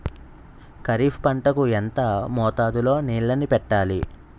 ఖరిఫ్ పంట కు ఎంత మోతాదులో నీళ్ళని పెట్టాలి?